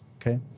Okay